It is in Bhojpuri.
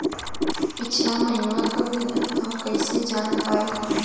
पिछला महिनवा क बिल हम कईसे जान पाइब?